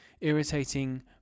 irritating